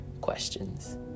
questions